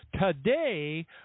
today